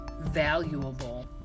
valuable